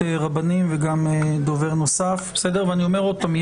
רבנים וגם דובר נוסף ואני אומר עוד פעם,